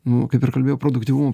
nu kaip ir kalbėjau produktyvum